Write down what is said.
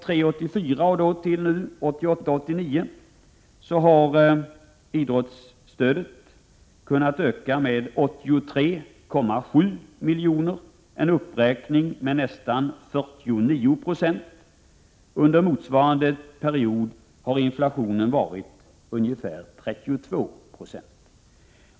Under åren 1983 89 har idrottsstödet kunnat öka med 83,7 miljoner, en uppräkning med nästan 49 96. Under motsvarande period har inflationen varit ungefär 32 90.